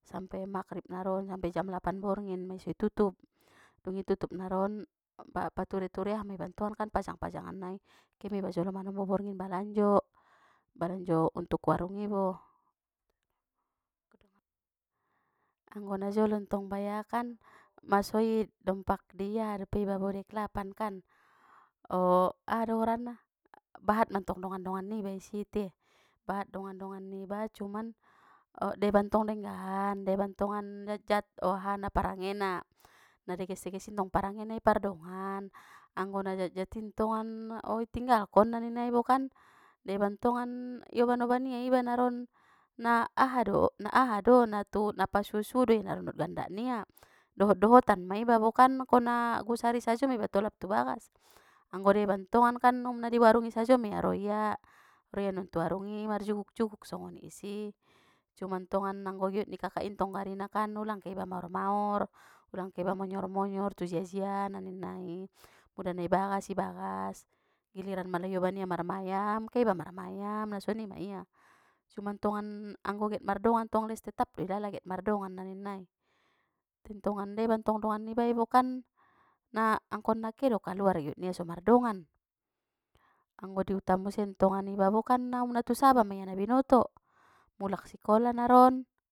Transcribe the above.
Sampe maghrib naron sampe jam lapan borngin mei so itutup dung i tutup na ron pature-ture aha mi ba ntong pajang-pajangan nai ke ma iba ma jolo manombo borngin balanjo balanjo untuk warung ibo. Anggo na jolo ntong bayakan maso i dompak di aha dope iba bo di aek lapan kan o aha do gorarna bahat mantong dongan-dongan niba i si te bahat dongan-dongan niba cuman deba ntong denggan deba ntongan dat jat parange na na deges-deges intong parange na i pardongan anggo na jatjat i ntongan o i tinggalkon na ninna i bo kan deba ntongan ioban-oban ia iba naron na aha do na aha do na tu na pasuo-suo do ia naron dot gandak nia dohot-dohotan ma iba bo kan angkon na ona gusari sajo ma iba tolap tu bagas anggo deba ntongan um na di warung i sajo maia ro ia ro ia non tu warung i marjuguk-juguk i si cuman tongan anggo giot ni kakak i intong gari ulang ke iba maor-maor ulang ke iba monyor-monyor tu jia-jia na ninna i pula na ibagas-ibagas giliran pula ioban ia marmayam marmayam na songoni maia cuma ntongan anggo get mardongan tong les tetap do ilala get mardongan na ninna i tentongan deba ntong dongan nibai bo kan na angkon na ke do kaluar giotnia so mardongan anggo di huta musen tongan iba bo kan na um na tu saba mia na binoto mulak sikola naron.